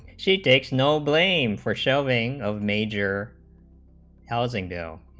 she takes no blame for shelling of major housing mail,